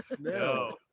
No